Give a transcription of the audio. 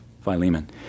Philemon